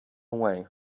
away